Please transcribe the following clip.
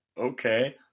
okay